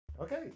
Okay